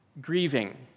grieving